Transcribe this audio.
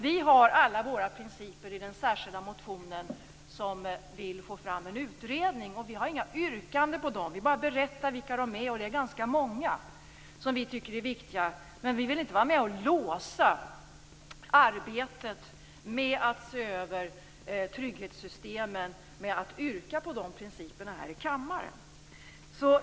Vi har alla våra principer i den särskilda motion där vi vill få fram en utredning. Vi har inga yrkanden som handlar om dessa. Vi bara berättar vilka de är, och det finns ganska många som vi tycker är viktiga. Men vi vill inte vara med om att låsa arbetet med att se över trygghetssystemen genom att yrka på dessa principer här i kammaren.